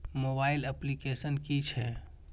Mobile application कि छै?